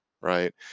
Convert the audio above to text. right